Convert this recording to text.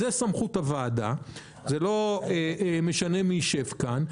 זה סמכות הוועדה, זה לא משנה מי ישב כאן.